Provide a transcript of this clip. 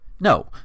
no